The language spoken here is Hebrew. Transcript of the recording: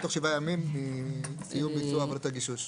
תוך שבעה ימים מיום ביצוע עבודות הגישוש.